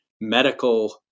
medical